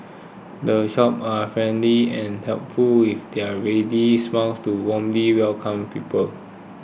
the shop are friendly and helpful with their ready smiles to warmly welcome people